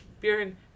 Bjorn